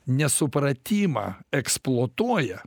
nesupratimą eksploatuoja